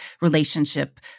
relationship